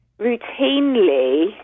routinely